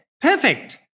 perfect